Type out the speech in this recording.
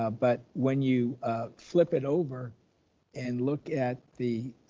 ah but when you flip it over and look at the